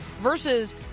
versus